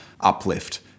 uplift